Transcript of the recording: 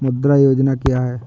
मुद्रा योजना क्या है?